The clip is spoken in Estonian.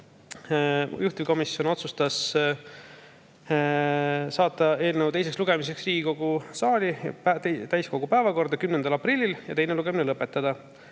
Juhtivkomisjon otsustas saata eelnõu teiseks lugemiseks Riigikogu saali täiskogu päevakorda 10. aprilliks ja teine lugemine lõpetada.